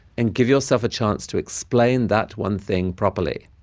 and give yourself a chance to explain that one thing properly.